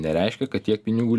nereiškia kad tiek pinigų